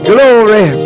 Glory